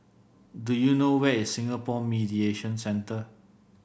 do you know where is Singapore Mediation Centre